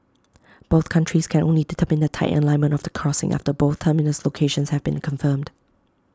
both countries can only determine the type and alignment of the crossing after both terminus locations have been confirmed